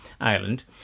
ireland